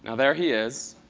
ah there he is.